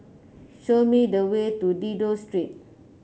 show me the way to Dido Street